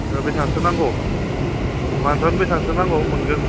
बेसेबांसो नांगौ मानोथ' बेसेबांसो नांगौ मानगोन